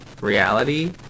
reality